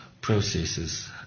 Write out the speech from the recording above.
processes